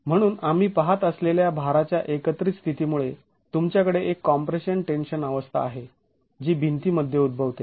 म्हणून आम्ही पहात असलेल्या भाराच्या एकत्रित स्थितीमुळे तुमच्याकडे एक कॉम्प्रेशन टेन्शन अवस्था आहे जी भिंतीमध्ये उद्भवते